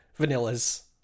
vanillas